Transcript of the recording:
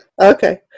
Okay